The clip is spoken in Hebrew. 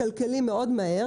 לקחת צרכנים,